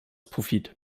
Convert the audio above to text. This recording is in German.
profit